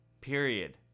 period